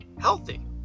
healthy